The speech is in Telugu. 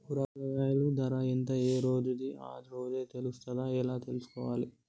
కూరగాయలు ధర ఎంత ఏ రోజుది ఆ రోజే తెలుస్తదా ఎలా తెలుసుకోవాలి?